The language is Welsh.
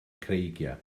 creigiau